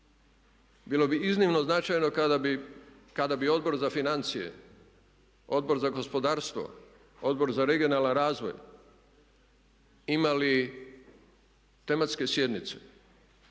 Bilo bi iznimno značajno kada bi Odbor za financije, Odbor za gospodarstvo, Odbor za regionalan razvoj imali tematske sjednice